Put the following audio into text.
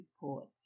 reports